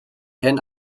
hen